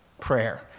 prayer